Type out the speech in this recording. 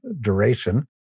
duration